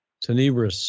Tenebris